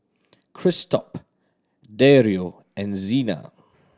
Christop Dario and Xena